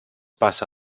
passa